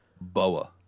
Boa